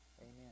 Amen